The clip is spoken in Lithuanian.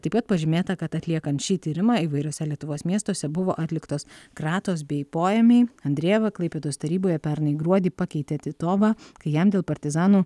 taip pat pažymėta kad atliekant šį tyrimą įvairiose lietuvos miestuose buvo atliktos kratos bei poėmiai andrejeva klaipėdos taryboje pernai gruodį pakeitė titovą kai jam dėl partizanų